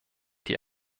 die